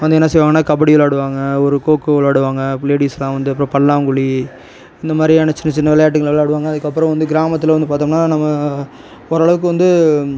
வந்து என்ன செய்வாங்கன்னால் கபடி விளையாடுவாங்க ஒரு கோகோ விளையாடுவாங்க லேடிஸெலாம் வந்து அப்புறம் பல்லாங்குழி இந்த மாதிரியான சின்னச்சின்ன விளையாட்டுகளை விளையாடுவாங்க அதுக்கப்புறம் வந்து கிராமத்தில் வந்து பார்த்தோம்னா நம்ம ஓரளவுக்கு வந்து